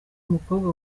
umukobwa